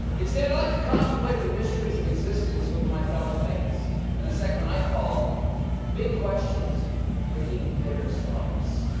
instead, i like to contemplate the mysteries of existence with my fellow famous in a segment i call big questions with even bigger stars!